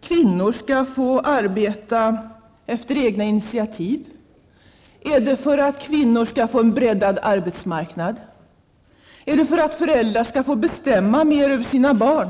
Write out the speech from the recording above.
kvinnor skall få arbeta efter egna initiativ? Är det för att kvinnor skall få en breddad arbetsmarknad? Är det för att föräldrar skall få bestämma mer över sina barn?